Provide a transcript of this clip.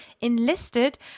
enlisted